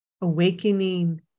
Awakening